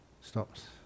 stops